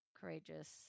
courageous